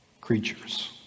creatures